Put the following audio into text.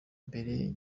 mbere